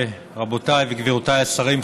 רבותיי וגבירותיי השרים,